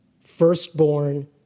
firstborn